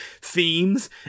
themes